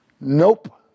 Nope